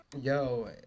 Yo